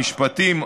המשפטים,